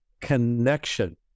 connection